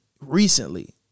recently